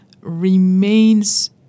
remains